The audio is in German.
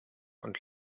und